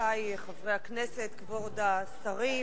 וחברותי חברי הכנסת, כבוד השרים,